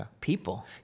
people